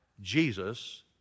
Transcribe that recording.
Jesus